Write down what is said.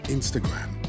Instagram